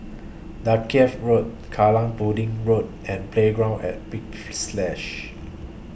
Dalkeith Road Kallang Pudding Road and Playground At Big Splash